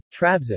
Trabzon